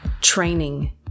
training